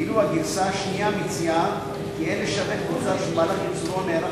ואילו הגרסה השנייה מציעה כי אין לשווק מוצר שבמהלך ייצורו נערך